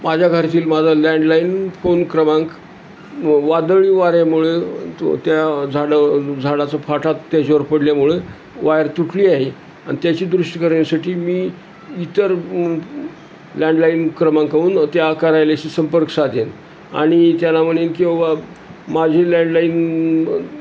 माझ्या घरातील माझां लँडलाईन फोन क्रमांक वादळी वाऱ्यामुळे तो त्या झाडं झाडाचं फाटात त्याच्यावर पडल्यामुळं वायर तुटली आहे अन त्याची दृष्टी करण्यासाठी मी इतर लँडलाईन क्रमांकाहून त्या कार्यालयाशी संपर्क साधेन आणि त्याना म्हणेन कि बाबा माझी लँडलाईन